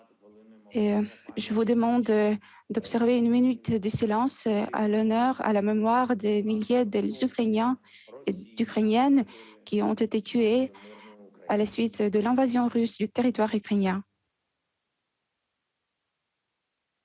Je vous demande d'observer une minute de silence en l'honneur et à la mémoire des milliers d'Ukrainiennes et d'Ukrainiens qui ont été tués à la suite de l'invasion russe du territoire ukrainien.